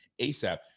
ASAP